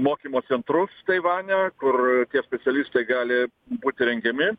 mokymo centrus taivane kur tie specialistai gali būti rengiami